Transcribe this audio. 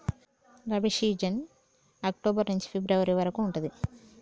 rabi season October నుంచి February వరకు ఉంటది